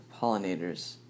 pollinators